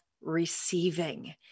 receiving